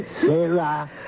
Sarah